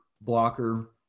blocker